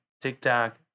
TikTok